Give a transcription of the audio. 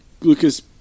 Lucas